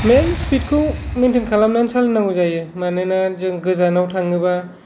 मेन speed खौ maintain खालामनानै सालायनांगौ जायो मानोना जों गोजानाव थाङोबा